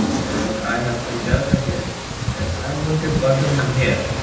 and i have some data here and i want a button um here